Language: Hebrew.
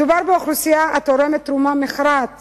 מדובר באוכלוסייה התורמת תרומה מכרעת